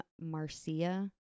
Marcia